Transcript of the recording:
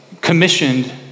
commissioned